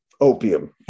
opium